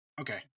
Okay